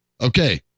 Okay